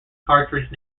cartridge